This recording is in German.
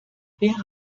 wer